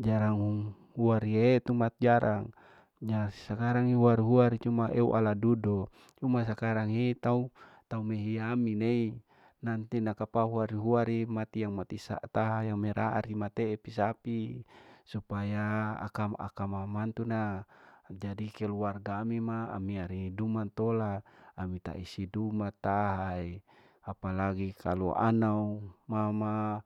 Jarang huariee tumat jarang, ya sakarang ni huari huari cuma eu ala dudu, rumah sakarang hi, tau taumehiami nei nanti nakapau huari huari mati yau mati saat taha tahari tee pisapi, supaya akam akam mama mantu na jadi keluarga ami ma ami ari duma to la, ami taisi duma tahaie apalagi kalau anao mama,